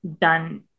done